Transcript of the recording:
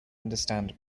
understand